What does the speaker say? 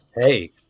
hey